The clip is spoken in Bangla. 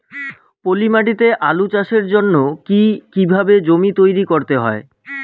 পলি মাটি তে আলু চাষের জন্যে কি কিভাবে জমি তৈরি করতে হয়?